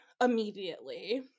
immediately